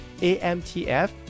AMTF